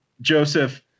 Joseph